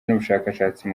n’ubushakashatsi